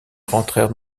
rentrèrent